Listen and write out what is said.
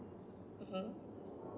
mmhmm